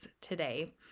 today